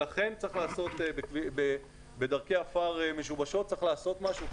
לכן בדרכי עפר משובשות צריך לעשות משהו.